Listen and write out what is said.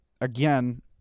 again